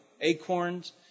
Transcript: Acorns